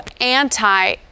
anti